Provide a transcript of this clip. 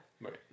Right